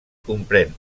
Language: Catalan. comprèn